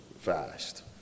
fast